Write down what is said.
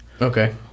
Okay